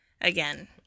Again